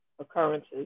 occurrences